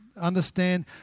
understand